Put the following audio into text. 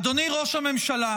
אדוני ראש הממשלה,